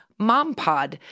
mompod